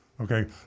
Okay